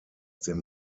dem